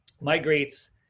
migrates